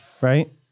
right